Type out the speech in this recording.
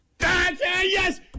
Yes